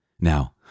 Now